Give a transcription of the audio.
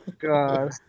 God